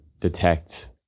detect